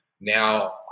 Now